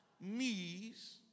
knees